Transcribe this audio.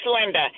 linda